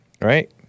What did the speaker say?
right